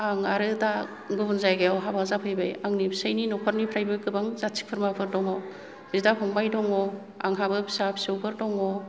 आं आरो दा गुबुन जायगायाव हाबा जाफैबाय आंनि फिसाइनि न'खरनिफ्रायबो गोबां जाथि खुरमाफोर दङ बिदा फंबाय दङ आंहाबो फिसा फिसौफोर दङ